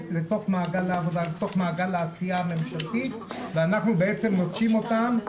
במעגל העבודה והעשייה הממשלתית ואנחנו נוטשים אותם מאחורה.